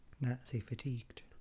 Nazi-fatigued